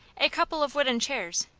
a couple of wooden chairs,